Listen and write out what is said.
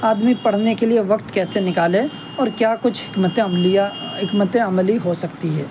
آدمی پڑھنے کے لیے وقت کیسے نکالے اور کیا کچھ عملیہ حکمت عملی ہو سکتی ہے